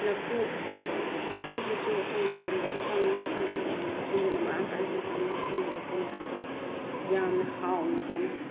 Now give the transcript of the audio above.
ꯂꯐꯨ ꯂꯐꯨꯁꯤꯁꯨ ꯑꯩꯈꯣꯏ ꯇꯝꯗꯁꯨ ꯐꯪꯉꯤ ꯆꯤꯡꯗꯁꯨ ꯐꯪꯉꯤ ꯆꯤꯡꯗꯅ ꯃꯔꯥꯡ ꯀꯥꯏ ꯍꯦꯟꯅ ꯐꯪꯉꯤ ꯆꯤꯡꯒꯤ ꯂꯐꯨꯅꯦ ꯍꯥꯏꯔꯗꯤ ꯌꯥꯝꯅ ꯍꯥꯎꯅ ꯆꯥꯟꯅꯩ